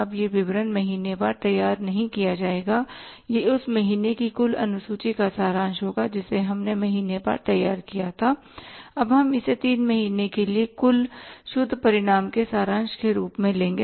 अब यह विवरण महीनेवार तैयार नहीं किया जाएगा यह उस महीने की कुल अनुसूची का सारांश होगा जिसे हमने महीनेवार तैयार किया था अब हम इसे 3 महीने के लिए कुल शुद्ध परिणाम के सारांश के रूप में लेंगे